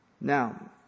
Now